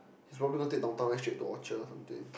he's probably gonna take Downtown Line straight to Orchard or something